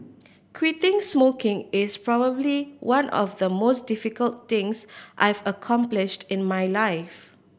quitting smoking is probably one of the most difficult things I've accomplished in my life